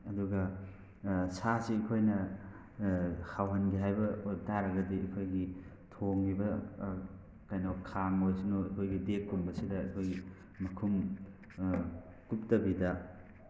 ꯑꯗꯨꯒ ꯁꯥꯁꯤ ꯑꯩꯈꯣꯏꯅ ꯍꯥꯎꯍꯟꯒꯦ ꯍꯥꯏꯕ ꯑꯣꯏꯕꯇꯥꯔꯒꯗꯤ ꯑꯩꯈꯣꯏꯒꯤ ꯊꯣꯡꯉꯤꯕ ꯀꯩꯅꯣ ꯈꯥꯡ ꯑꯣꯏꯁꯅꯨ ꯑꯩꯈꯣꯏꯒꯤ ꯗꯦꯛꯀꯨꯝꯕꯁꯤꯗ ꯑꯩꯈꯣꯏꯒꯤ ꯃꯈꯨꯝ ꯀꯨꯞꯇꯕꯤꯗ